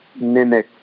mimic